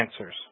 answers